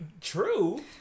True